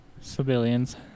Civilians